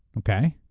okay?